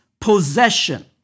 possession